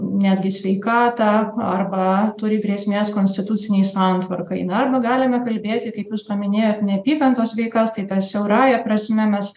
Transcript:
netgi sveikatą arba turi grėsmės konstitucinei santvarkai na arba galime kalbėti kaip jūs paminėjot neapykantos veikas tai ta siaurąja prasme mes